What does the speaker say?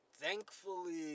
thankfully